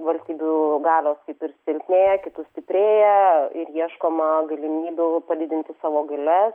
valstybių galios kaip ir silpnėja kitų stiprėja ir ieškoma galimybių padidinti savo galias